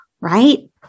right